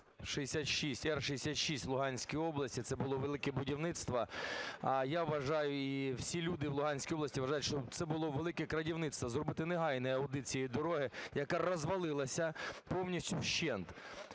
Р-66 в Луганській області - це було "Велике будівництво", а я вважаю і всі люди в Луганській області вважають, що це було "велике крадівництво", - зробити негайний аудит цієї дороги, яка розвалилася повністю вщент.